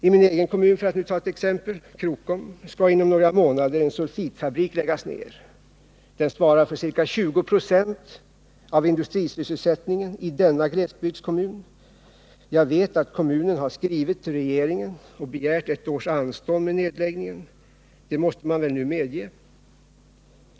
I min egen kommun, Krokom, skall inom några månader en sulfitfabrik läggas ner. Den svarar för ca 20 96 av industrisysselsättningen i denna glesbygdskommun. Jag vet att kommunen har skrivit till regeringen och begärt ett års anstånd med nedläggningen. Det måste man väl nu medge?